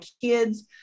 kids